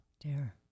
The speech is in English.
dear